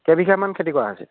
কেই বিঘামান খেতি কৰা হৈছিল